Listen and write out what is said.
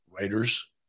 writers